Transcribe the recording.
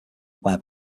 web